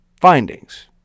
findings